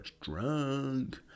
drunk